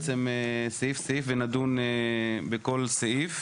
סעיף-סעיף ונדון בכל סעיף.